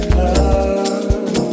love